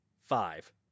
five